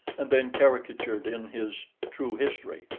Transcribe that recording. and then caricatured in his true history,